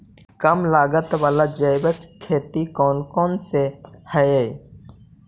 कम लागत वाला जैविक खेती कौन कौन से हईय्य?